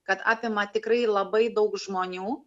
kad apima tikrai labai daug žmonių